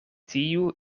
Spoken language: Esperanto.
tiu